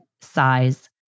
size